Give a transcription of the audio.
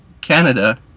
Canada